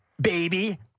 baby